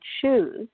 choose